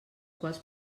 quals